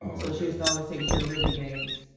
um so she used to always take me to the liberty games.